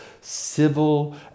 civil